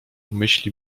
myśli